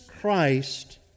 Christ